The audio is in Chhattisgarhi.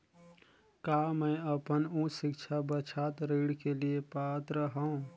का मैं अपन उच्च शिक्षा बर छात्र ऋण के लिए पात्र हंव?